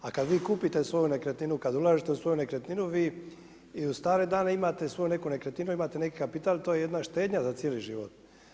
A kada vi kupite svoju nekretninu kada ulažete u svoju nekretninu vi i u stare dane imate svoju neku nekretninu, imate neki kapital to je jedna štednja za cijeli život.